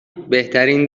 بهترین